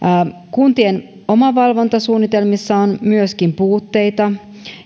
kuntien omavalvontasuunnitelmissa on myöskin puutteita